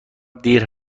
دیر